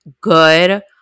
good